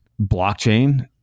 blockchain